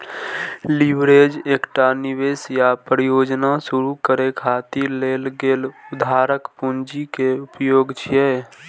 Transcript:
leverage एकटा निवेश या परियोजना शुरू करै खातिर लेल गेल उधारक पूंजी के उपयोग छियै